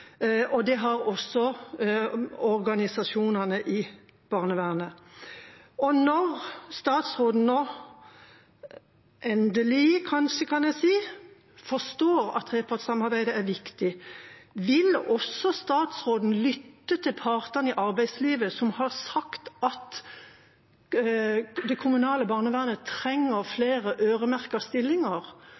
og det har også organisasjonene i barnevernet. Når statsråden nå – endelig, kan jeg kanskje si – forstår at trepartssamarbeidet er viktig, vil statsråden også lytte til partene i arbeidslivet som har sagt at det kommunale barnevernet trenger flere øremerkede stillinger?